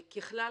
ככלל,